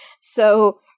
So-